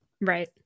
Right